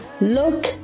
Look